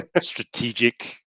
strategic